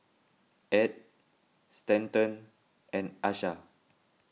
Edd Stanton and Asha